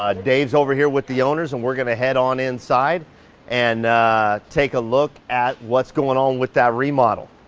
ah dave's over here with the owners and we're going to head on inside and take a look at what's going on with that remodel.